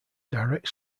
direct